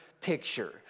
picture